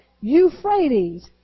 Euphrates